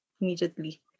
immediately